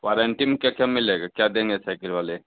warranty में क्या क्या मिलेगा क्या देंगे साइकिल वाले